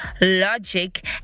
logic